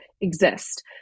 exist